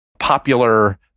popular